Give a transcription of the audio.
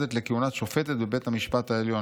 מועמדת לכהונת שופטת בבית המשפט העליון.